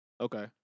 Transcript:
Okay